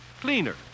Cleaner